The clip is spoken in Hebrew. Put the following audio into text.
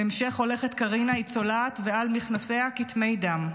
בהמשך הולכת קרינה צולעת, ועל מכנסיה כתמי דם.